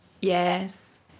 Yes